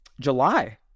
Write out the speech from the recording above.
July